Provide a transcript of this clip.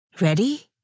Ready